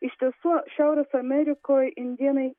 iš tiesų šiaurės amerikoj indėnai